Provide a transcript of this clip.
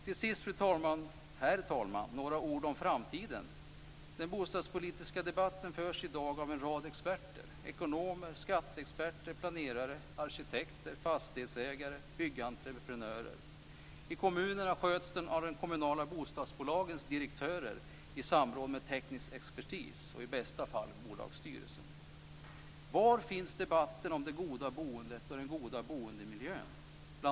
Till sist, herr talman, vill jag säga några ord om framtiden. Den bostadspolitiska debatten förs i dag av en rad experter - ekonomer, skatteexperter, planerare, arkitekter, fastighetsägare och byggentreprenörer. I kommunerna sköts den av de kommunala bostadsbolagens direktörer i samråd med teknisk expertis och i bästa fall bolagsstyrelsen.